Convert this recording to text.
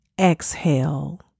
exhale